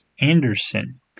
Anderson